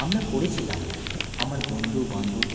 আমরা করেছিলাম আমার বন্ধু বান্ধব